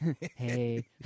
Hey